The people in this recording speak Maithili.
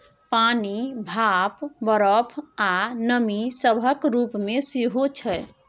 पानि, भाप, बरफ, आ नमी सभक रूप मे सेहो छै